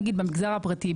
נגיד במגזר הפרטי,